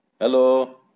Hello